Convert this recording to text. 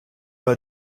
bei